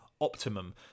optimum